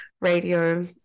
radio